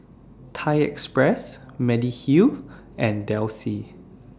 Thai Express Mediheal and Delsey